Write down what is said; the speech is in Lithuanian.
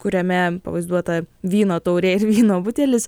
kuriame pavaizduota vyno taurė ir vyno butelis